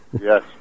Yes